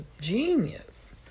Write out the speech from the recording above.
genius